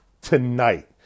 tonight